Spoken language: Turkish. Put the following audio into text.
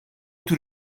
tür